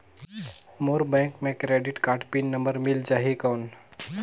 मोर bank मे credit card PIN number मिल जाहि कौन?